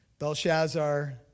Belshazzar